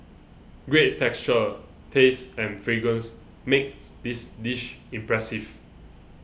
great texture taste and fragrance make this dish impressive